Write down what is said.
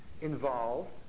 involved